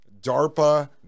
DARPA